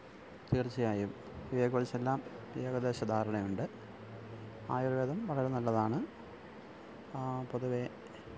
തീര്ച്ചയായും ഇവയെക്കുറിച്ചെല്ലാം ഏകദേശ ധാരണയുണ്ട് ആയുര്വേദം വളരെ നല്ലതാണ് പൊതുവെ